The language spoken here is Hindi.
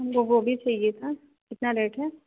हमको गोभी चाहिए था कितना रेट है